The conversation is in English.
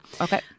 Okay